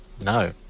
no